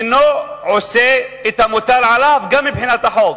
אינו עושה את המוטל עליו גם מבחינת החוק.